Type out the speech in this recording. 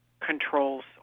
controls